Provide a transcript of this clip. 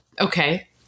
Okay